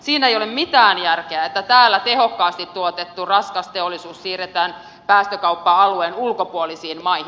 siinä ei ole mitään järkeä että täällä tehokkaasti toimiva raskas teollisuus siirretään päästökauppa alueen ulkopuolisiin maihin